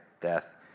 death